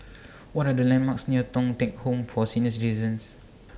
What Are The landmarks near Thong Teck Home For Senior Citizens